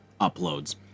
uploads